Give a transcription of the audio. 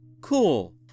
Cool